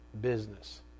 business